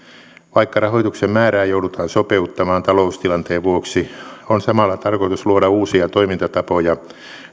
vaikka rahoituksen määrää joudutaan sopeuttamaan taloustilanteen vuoksi on samalla tarkoitus luoda uusia toimintatapoja